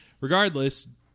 regardless